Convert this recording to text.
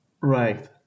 Right